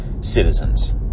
citizens